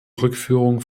rückführung